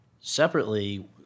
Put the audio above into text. separately